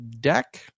deck